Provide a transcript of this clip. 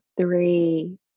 Three